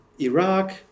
Iraq